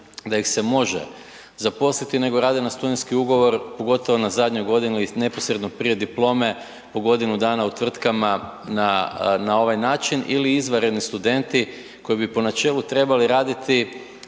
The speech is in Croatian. da ih se može zaposliti nego rade na studentski ugovor, pogotovo na zadnjoj godini, neposredno prije diplome po godinu dana u tvrtkama na ovaj način ili izvanredni studenti koji bi po načelu trebali raditi